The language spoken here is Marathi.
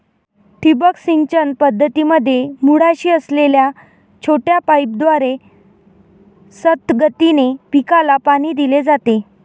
ठिबक सिंचन पद्धतीमध्ये मुळाशी असलेल्या छोट्या पाईपद्वारे संथ गतीने पिकाला पाणी दिले जाते